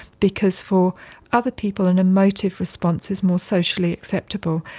because for other people an emotive response is more socially acceptable,